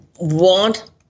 want